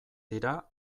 dira